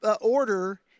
order